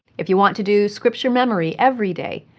if you want to do scripture memory every day,